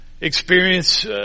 experience